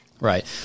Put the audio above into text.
right